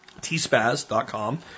tspaz.com